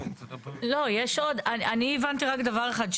אני הבנתי רק דבר אחד,